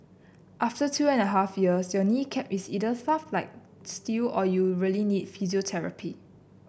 after two and a half years your knee cap is either tough like steel or you really need physiotherapy